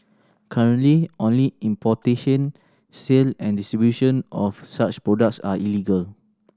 currently only importation sale and distribution of such products are illegal